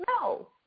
No